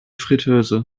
friteuse